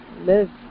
live